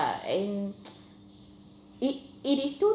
and it it is two